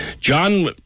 John